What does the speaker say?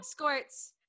skorts